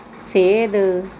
ਸੇਧ